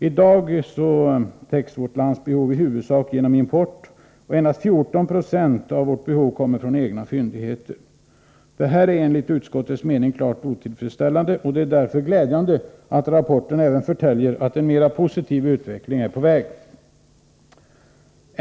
I dag täcks vårt lands behov i huvudsak genom import, och endast 14 90 av vårt behov kommer från egna fyndigheter. Detta är enligt utskottets mening klart otillfredsställande, och därför är det glädjande att rapporten även förtäljer att en mera positiv utveckling är på gång.